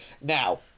Now